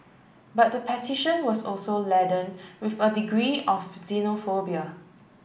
but the petition was also laden with a degree of xenophobia